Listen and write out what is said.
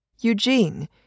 Eugene